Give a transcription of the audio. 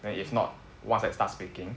then if not once I start speaking